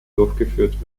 durchgeführt